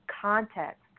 context